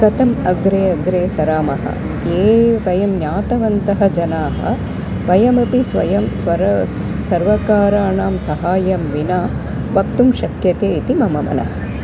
कथम् अग्रे अग्रे सरामः ये वयं ज्ञातवन्तः जनाः वयमपि स्वयं स्वर सर्वकाराणां सहाय्यं विना वक्तुं शक्यते इति मम मनः